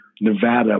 Nevada